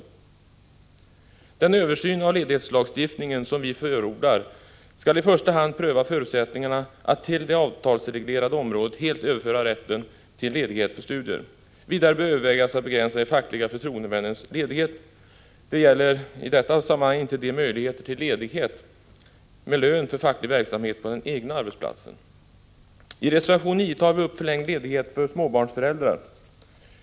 I den översyn av ledighetslagsstiftningen som vi förordar skall man i första hand pröva förutsättningarna att till det avtalsreglerade området helt överföra rätten till ledighet för studier. Vidare bör man överväga att begränsa de fackliga förtroendemännens ledighet. Det gäller i detta samman hang inte möjligheterna till ledighet med lön för facklig verksamhet på den egna arbetsplatsen. I reservation 9 tar vi upp frågan om förlängd ledighet för småbarnsföräldrar.